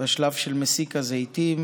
בשלב של מסיק הזיתים,